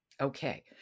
Okay